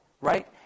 right